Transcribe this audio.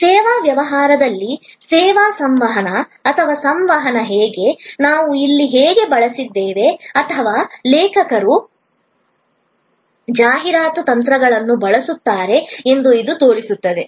ಸೇವಾ ವ್ಯವಹಾರದಲ್ಲಿ ಸೇವಾ ಸಂವಹನ ಅಥವಾ ಸಂವಹನ ಹೇಗೆ ನಾವು ಇಲ್ಲಿ ಹೇಗೆ ಬಳಸಿದ್ದೇವೆ ಅಥವಾ ಲೇಖಕರು ಜಾಹೀರಾತು ತಂತ್ರಗಳನ್ನು ಬಳಸುತ್ತಾರೆ ಎಂದು ಇದು ತೋರಿಸುತ್ತದೆ